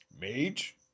Mage